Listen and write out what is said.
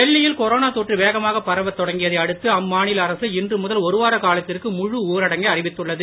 டெல்லியில் கொரோனா தொற்று வேகமாக பரவத் தொடங்கியதை அடுத்து அம்மாநில அரசு இன்று முதல் ஒருவார காலத்திற்கு முழு ஊரடங்கை அறிவித்துள்ளது